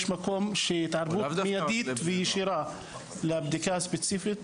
יש מקום של התערבות מיידית וישירה לבדיקה הספציפית,